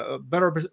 better